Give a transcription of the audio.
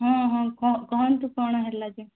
ହଁ ହଁ କୁହନ୍ତୁ କ'ଣ ହେଲା ଯେ